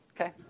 Okay